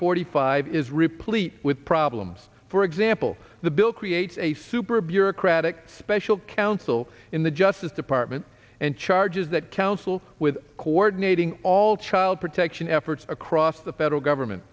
forty five is replete with problems for example the bill creates a super bureaucratic special counsel in the justice department and charges that counsel with coordinating all child protection efforts across the federal government